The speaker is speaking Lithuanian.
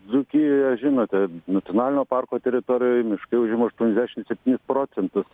dzūkijoje žinote nacionalinio parko teritorijoje miškai užima aštuoniasdešim septynis procentus